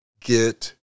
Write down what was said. Get